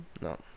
No